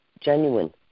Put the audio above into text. genuine